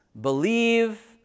believe